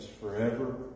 forever